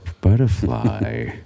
butterfly